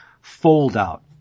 fold-out